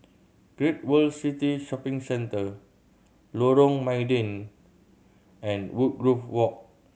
Great World City Shopping Centre Lorong Mydin and Woodgrove Walk